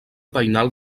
veïnal